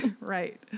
Right